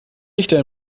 richter